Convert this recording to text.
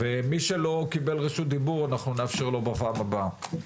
מי שלא קיבל רשות דיבור, נאפשר לו בפעם הבאה.